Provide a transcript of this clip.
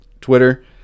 Twitter